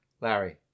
Larry